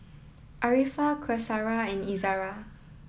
Arifa Qaisara and Izara